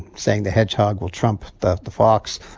saying the hedgehog will trump the the fox,